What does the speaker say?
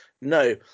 No